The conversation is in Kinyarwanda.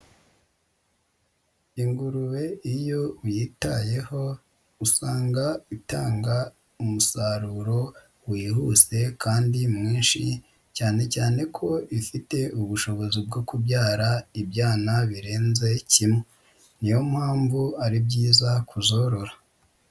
Ingurube iyo uyitayeho usanga itanga umusaruro wihuse kandi mwinshi, cyane cyane ko ifite ubushobozi bwo kubyara ibyana birenze kimwe, niyo mpamvu ari byiza kuzorora.